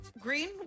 Green